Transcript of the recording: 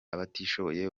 abatishoboye